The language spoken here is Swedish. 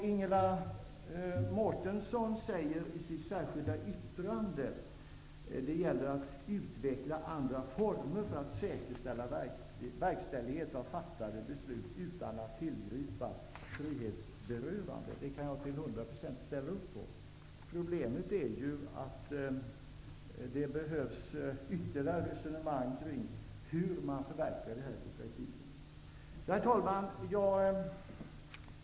Ingela Mårtensson säger i sitt särskilda yttrande: ''Det gäller att utveckla andra former för att säkerställa verkställighet av fattade beslut utan att tillgripa frihetsberövande.'' Det kan jag till hundra procent ställa upp på. Problemet är ju att det behövs ytterligare resonemang kring hur man förverkligar detta i praktiken. Herr talman!